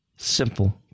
Simple